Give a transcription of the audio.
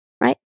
Right